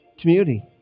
Community